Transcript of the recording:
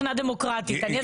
דמוקרטית.